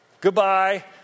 goodbye